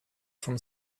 from